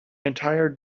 entire